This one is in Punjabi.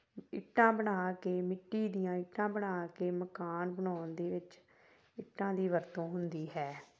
ਇੱਟਾਂ ਬਣਾ ਕੇ ਮਿੱਟੀ ਦੀਆਂ ਇੱਟਾਂ ਬਣਾ ਕੇ ਮਕਾਨ ਬਣਾਉਣ ਦੇ ਵਿੱਚ ਇੱਟਾਂ ਦੀ ਵਰਤੋਂ ਹੁੰਦੀ ਹੈ